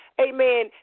Amen